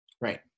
Right